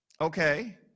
okay